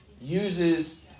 uses